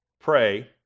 Pray